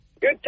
Good